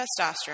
testosterone